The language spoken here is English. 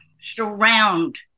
surround